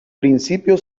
principio